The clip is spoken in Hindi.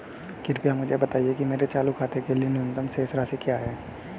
कृपया मुझे बताएं कि मेरे चालू खाते के लिए न्यूनतम शेष राशि क्या है